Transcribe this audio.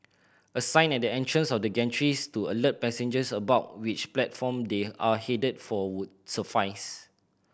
a sign at the entrance of the gantries to alert passengers about which platform they are headed for would suffice